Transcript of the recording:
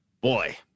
boy